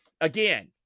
Again